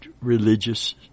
religious